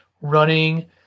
running